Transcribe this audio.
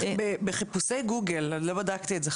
בחיפושי גוגל לא בדקתי את זה,